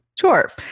Sure